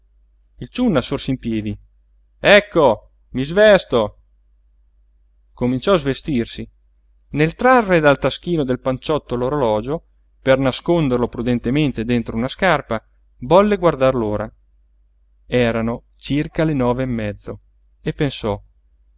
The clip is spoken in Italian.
gambe il ciunna sorse in piedi ecco mi svesto cominciò a svestirsi nel trarre dal taschino del panciotto l'orologio per nasconderlo prudentemente dentro una scarpa volle guardar l'ora erano circa le nove e mezzo e pensò